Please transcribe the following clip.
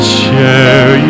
share